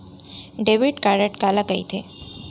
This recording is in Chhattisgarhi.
डेबिट कारड काला कहिथे?